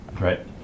Right